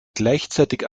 gleichzeitig